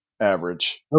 average